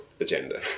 agenda